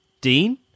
Dean